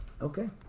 Okay